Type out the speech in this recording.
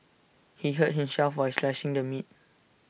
he hurt himself while slicing the meat